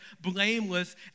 blameless